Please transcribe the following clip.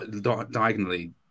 diagonally